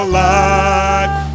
life